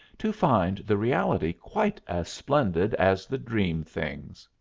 to find the reality quite as splendid as the dream things.